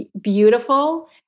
beautiful